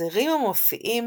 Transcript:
הזרים המופיעים